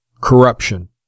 corruption